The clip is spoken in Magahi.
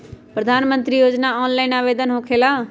प्रधानमंत्री योजना ऑनलाइन आवेदन होकेला?